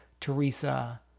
Teresa